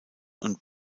und